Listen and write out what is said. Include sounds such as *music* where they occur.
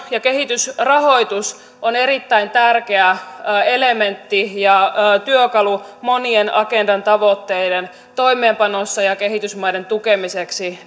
ja kehitysrahoitus on erittäin tärkeä elementti ja työkalu monien agendan tavoitteiden toimeenpanossa ja kehitysmaiden tukemiseksi *unintelligible*